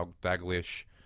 Daglish